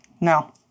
no